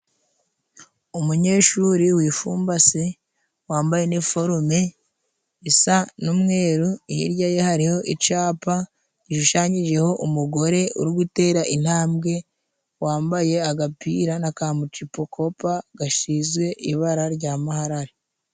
Umunyeshuri wifumbase wambaye iniforume isa n'umweru. Hirya ye hariho icapa gishushanyijeho umugore uri gutera intambwe, wambaye agapira n'akamucikopa gasize ibara rya maharare.